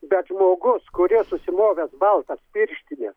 bet žmogus kuris užsimovęs baltas pirštines